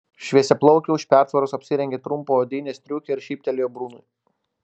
šviesiaplaukė už pertvaros apsirengė trumpą odinę striukę ir šyptelėjo brunui